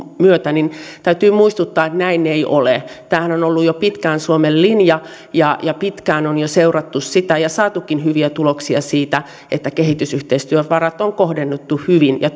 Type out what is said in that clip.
myötä täytyy muistuttaa että näin ei ole tämähän on ollut jo pitkään suomen linja ja ja pitkään on jo seurattu sitä ja saatukin hyviä tuloksia siitä että kehitysyhteistyövarat on kohdennettu hyvin ja